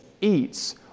eats